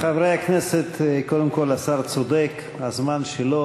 חברי הכנסת, קודם כול, השר צודק, הזמן שלו.